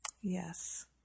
Yes